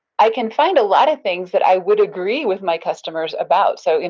i can find a lot of things that i would agree with my customers about, so, and